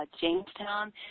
Jamestown